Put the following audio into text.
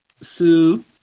sue